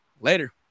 later